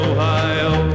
Ohio